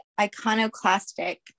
iconoclastic